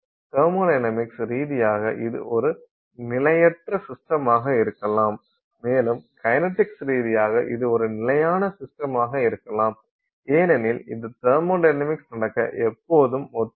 thermodynamics ரீதியாக இது ஒரு நிலையற்ற சிஸ்டமாக இருக்கலாம் மேலும் கைனடிக்ஸ் ரீதியாக இது ஒரு நிலையான சிஸ்டமாக இருக்கலாம் ஏனெனில் இது தெர்மொடைனமிக்ஸ் நடக்க எப்போதும் ஒத்துழைக்கும்